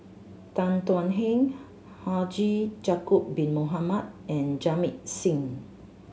Tan Thuan Heng Haji Ya'acob Bin Mohamed and Jamit Singh